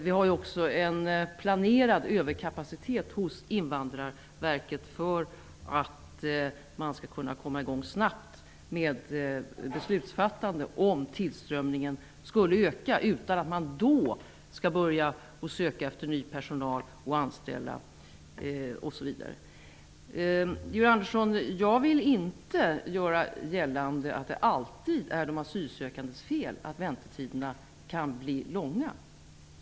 Vi har också en planerad överkapacitet hos Invandrarverket för att man snabbt skall kunna komma i gång med beslutsfattande om tillströmningen skulle öka utan att man då skall behöva söka efter ny personal. Jag vill inte, Georg Andersson, göra gällande att det alltid är de asylsökandes fel att väntetiderna kan bli långa.